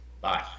Bye